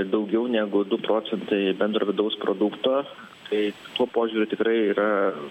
daugiau negu du procentai bendro vidaus produkto tai tuo požiūriu tikrai yra